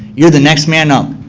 you're the next man up.